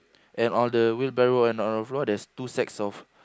and all the wheelbarrow and on the floor there's two sacks of